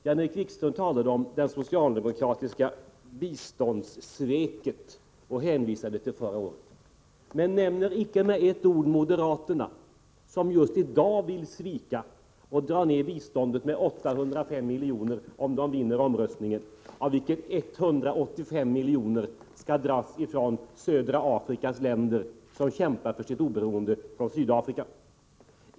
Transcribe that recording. Jan-Erik Wikström talade om det socialdemokratiska biståndssveket och hänvisade till förra året men nämnde inte med ett ord moderaterna, som just i dag vill svika och dra ned biståndet med 805 milj.kr. om de vinner omröstningen, av vilket 185 milj.kr. skall dras från södra Afrikas länder, som kämpar för sitt oberoende från Sydafrika.